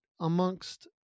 amongst